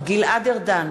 גלעד ארדן,